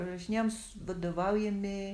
užrašinėjom vadovaujami